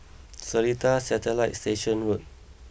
Seletar Satellite Station Road